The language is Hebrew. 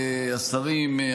השרים,